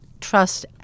trust